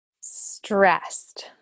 Stressed